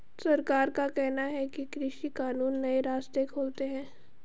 सरकार का कहना है कि कृषि कानून नए रास्ते खोलते है